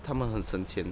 他们很省钱